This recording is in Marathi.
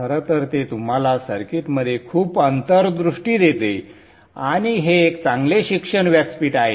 खरं तर ते तुम्हाला सर्किटमध्ये खूप अंतर्दृष्टी देते आणि हे एक चांगले शिक्षण व्यासपीठ आहे